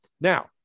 Now